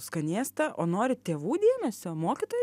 skanėstą o nori tėvų dėmesio mokytojų